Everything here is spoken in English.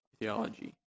theology